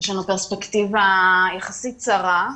יש לנו פרספקטיבה יחסית צרה,